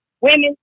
women